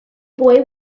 boy